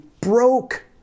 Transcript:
broke